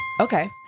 Okay